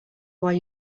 why